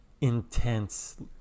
intense